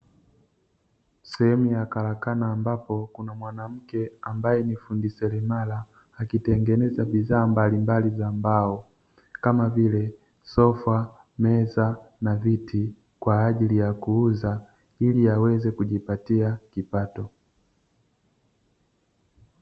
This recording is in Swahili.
Sehemu ya karakana ambapo kuna mwanamke ambaye ni fundi seremala akitengeneza bidhaa mbalimbali za mbao kama vile sofa, meza na viti kwaajili ya kuuza ili aweze kujipatia kipato.